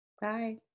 bye